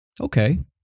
Okay